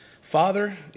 Father